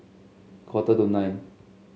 quarter to nine